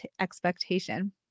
expectation